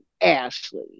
Ashley